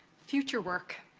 future work.